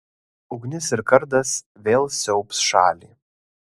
ugnis ir kardas vėl siaubs šalį